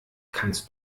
kannst